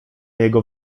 jego